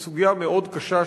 שהיא סוגיה מאוד קשה,